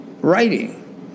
writing